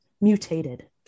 Mutated